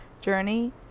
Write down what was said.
journey